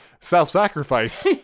Self-sacrifice